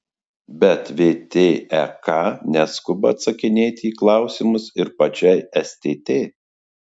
bet vtek neskuba atsakinėti į klausimus ir pačiai stt